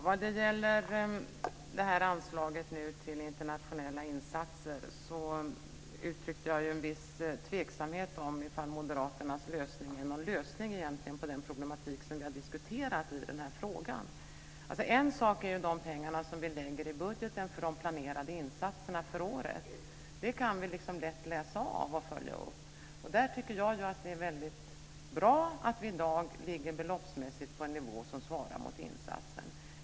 Fru talman! När det gäller anslaget till internationella insatser uttryckte jag ju en viss tveksamhet om Moderaternas lösning egentligen är någon lösning på de problem som vi har diskuterat. En sak är de pengar som vi anslår i budgeten för de planerade insatserna under året. Det kan vi lätt läsa av och följa upp. Jag tycker att det är väldigt bra att vi i dag ligger beloppsmässigt på en nivå som svarar mot insatserna.